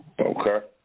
Okay